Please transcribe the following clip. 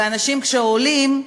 ואנשים שעולים,